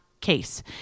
case